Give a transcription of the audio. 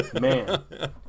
Man